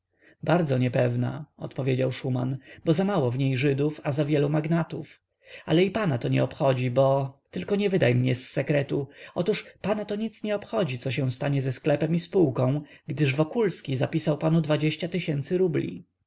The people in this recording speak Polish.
bardzo niepewna odpowiedział szuman bo zamało w niej żydów a zawielu magnatów ale pana i to nie obchodzi bo tylko nie wydaj mnie z sekretu otóż pana to nic nie obchodzi co się stanie ze sklepem i spółką gdyż wokulski zapisał panu rubli